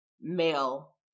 male